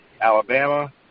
Alabama